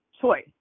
choice